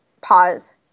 pause